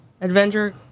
Adventure